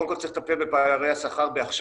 קודם כל צריך לטפל בפערי השכר בהכשרה